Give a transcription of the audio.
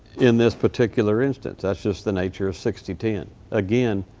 in this particular instance. that's just the nature of sixty ten. again,